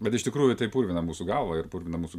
bet iš tikrųjų tai purvina mūsų galvą ir purvina mūsų